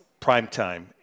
Primetime